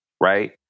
right